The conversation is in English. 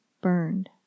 burned